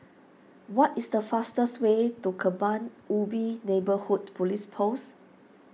what is the fastest way to Kebun Ubi Neighbourhood Police Post